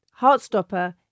Heartstopper